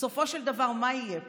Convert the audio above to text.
בסופו של דבר מה יהיה פה?